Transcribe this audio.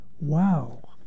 Wow